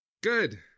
Good